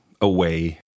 away